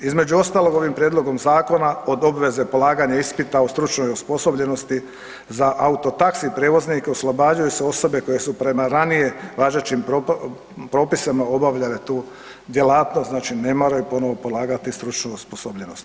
Između ostalog ovim prijedlogom zakona od obveze polaganja ispita o stručnoj osposobljenosti za auto taxi prijevoznika oslobađaju se osobe koje su prema ranije važećim propisima obavljale tu djelatnost, znači ne moraju ponovo polagati stručnu osposobljenost.